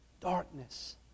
darkness